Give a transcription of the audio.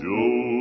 Joe